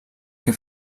que